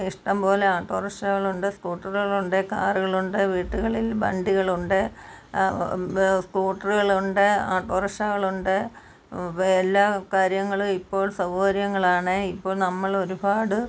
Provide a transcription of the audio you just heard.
ഇഷ്ടം പോലെ ഓട്ടോറിക്ഷകളുണ്ട് സ്കൂട്ടറുകൾ ഉണ്ട് കാറുകളുണ്ട് വീടുകളിൽ വണ്ടികളുണ്ട് സ്കൂട്ടറുകളുണ്ട് ഓട്ടോറിക്ഷകളുണ്ട് എല്ലാ കാര്യങ്ങളും ഇപ്പോൾ സൗകര്യങ്ങളാണ് ഇപ്പോൾ നമ്മൾ ഒരുപാട്